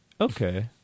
Okay